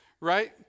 right